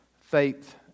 faith